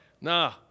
Nah